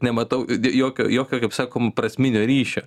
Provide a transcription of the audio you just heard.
nematau jokio jokio kaip sakom prasminio ryšio